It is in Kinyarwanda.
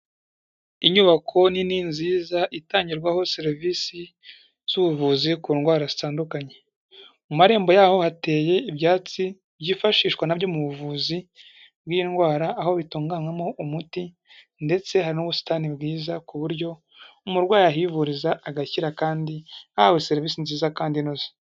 Inyubako nini nziza itangirwaho serivisi z'ubuvuzi ku ndwara zitandukanye. Mu marembo yaho hateye ibyatsi byifashishwa nabyo mu buvuzi bw'iyi ndwara, aho bitunganywamo umuti ndetse hari n'ubusitani bwiza ku buryo umurwayi ahivuriza agakira kandi ahahawe serivisi nziza kandi inoze.